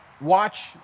Watch